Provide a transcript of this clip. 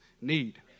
need